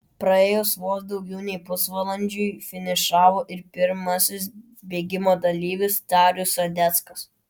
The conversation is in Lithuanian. praėjus vos daugiau nei pusvalandžiui finišavo ir pirmasis bėgimo dalyvis darius sadeckas